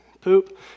poop